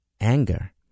anger